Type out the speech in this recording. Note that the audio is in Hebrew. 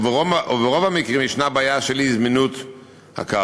וברוב המקרים ישנה בעיה של-אי זמינות הקרקע.